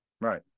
Right